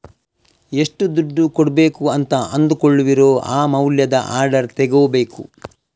ಎಷ್ಟು ದುಡ್ಡು ಕೊಡ್ಬೇಕು ಅಂತ ಅಂದುಕೊಳ್ಳುವಿರೋ ಆ ಮೌಲ್ಯದ ಆರ್ಡರ್ ತಗೋಬೇಕು